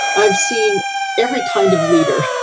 i've seen every kind of leader.